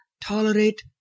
tolerate